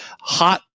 hot